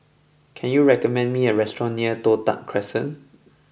can you recommend me a restaurant near Toh Tuck Crescent